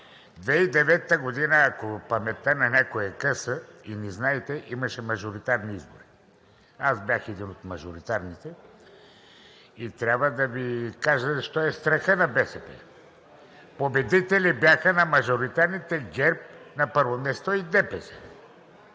2009 г., ако паметта на някого е къса и не знаете, имаше мажоритарни избори. Аз бях един от мажоритарните, и трябва да Ви кажа защо е страхът на БСП. Победители на мажоритарните избори бяха ГЕРБ, на първо място, и ДПС.